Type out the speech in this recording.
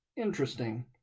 interesting